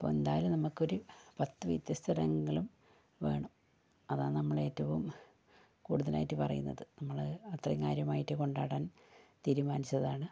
അപ്പം എന്തായാലും നമുക്കൊരു പത്ത് വ്യത്യസ്ത തരങ്ങളും വേണം അതാ നമ്മളേറ്റവും കൂടുതലായിട്ട് പറയുന്നത് നമ്മള് അത്രയും കാര്യമായിട്ട് കൊണ്ടാടാൻ തീരുമാനിച്ചതാണ്